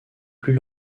plus